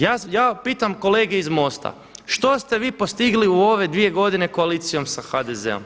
Ja pitam kolege iz MOST-a što ste vi postigli u ove dvije godine koalicijom sa HDZ-om?